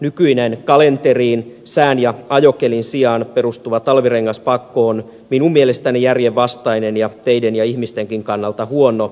nykyinen kalenteriin sään ja ajokelin sijaan perustuva talvirengaspakko on minun mielestäni järjenvastainen ja teiden ja ihmistenkin kannalta huono